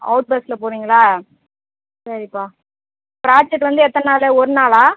out பஸ்ஸில் போகறீங்களா சரிப்பா ப்ராஜெக்ட் வந்து எத்தனை நாள் ஒரு நாளா